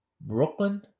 Brooklyn